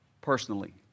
personally